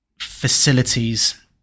facilities